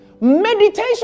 Meditation